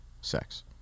sex